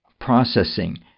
processing